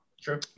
Sure